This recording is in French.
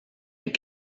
les